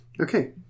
Okay